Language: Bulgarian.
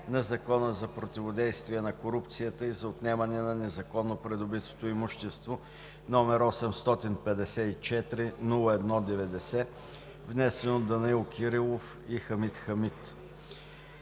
на Закона за противодействие на корупцията и за отнемане на незаконно придобитото имущество, № 854-01-90, внесен от Данаил Димитров Кирилов и Хамид